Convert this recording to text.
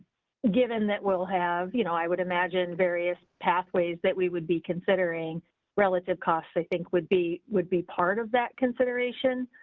given that we'll have, you know, i would imagine various pathways that we would be considering relative costs, i think, would be would be part of that consideration.